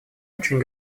очень